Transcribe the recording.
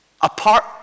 apart